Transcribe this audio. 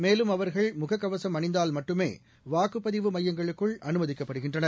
மேலும் அவர்கள் முகக்கவசம் அனிந்தால் மட்டுமே வாக்குப்பதிவு மையங்களுக்குள் அனுமதிக்கப்படுகின்றனர்